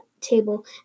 table